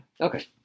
Okay